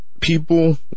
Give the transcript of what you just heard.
people